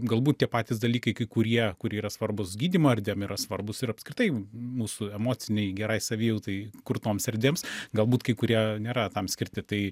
galbūt tie patys dalykai kai kurie kurie yra svarbūs gydymo erdvėm yra svarbūs ir apskritai mūsų emocinei gerai savijautai kurtoms erdvėms galbūt kai kurie nėra tam skirti tai